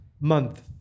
month